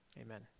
Amen